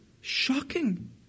shocking